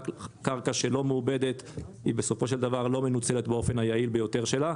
קרקע שלא מעובדת לא מנוצלת באופן היעיל ביותר שלה,